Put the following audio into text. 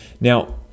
Now